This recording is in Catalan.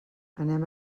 anem